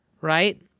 right